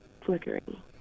flickering